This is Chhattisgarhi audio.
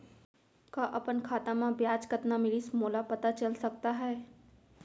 का अपन खाता म ब्याज कतना मिलिस मोला पता चल सकता है?